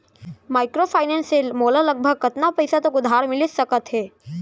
Microfinance से मोला लगभग कतना पइसा तक उधार मिलिस सकत हे?